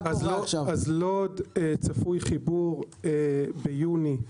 בלוד צפוי חיבור ביוני,